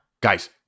guys